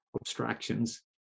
abstractions